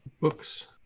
Books